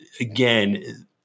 again